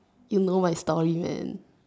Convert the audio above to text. you know my story man